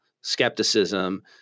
skepticism